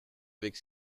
avec